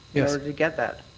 you know so to get that.